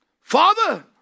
Father